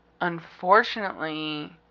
unfortunately